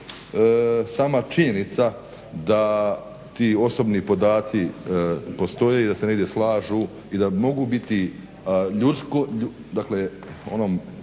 sama činjenica da ti osobni podaci postoje i da se negdje slažu i da mogu biti onom lošom